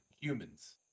Humans